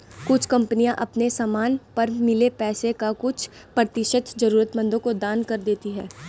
कुछ कंपनियां अपने समान पर मिले पैसे का कुछ प्रतिशत जरूरतमंदों को दान कर देती हैं